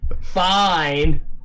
Fine